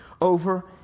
over